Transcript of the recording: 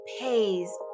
pays